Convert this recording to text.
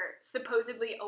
supposedly